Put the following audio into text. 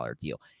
deal